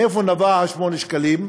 מאיפה נבעו 8 השקלים,